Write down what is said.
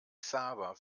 xaver